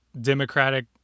Democratic